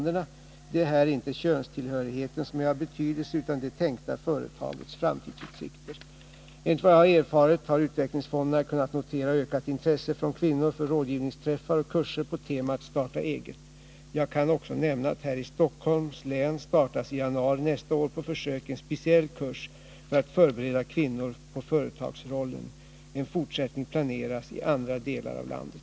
24 november 1980 Det är här inte könstillhörigheten som är av betydelse utan det tänkta = företagets framtidsutsikter. Om stöd till kvin Enligt vad jag har erfarit har utvecklingsfonderna kunnat notera ökat nor för nyetableintresse från kvinnor för rådgivningsträffar och kurser på temat ”Starta ring av företag eget”. Jag kan också nämna att här i Stockholms län startas i januari nästa år på försök en speciell kurs för att förbereda kvinnor på företagsrollen. En fortsättning planeras i andra delar av landet.